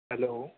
hello